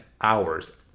hours